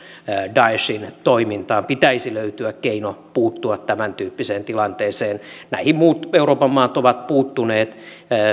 daeshin toimintaan pitäisi löytyä keino puuttua tämäntyyppiseen tilanteeseen näihin muut euroopan maat ovat puuttuneet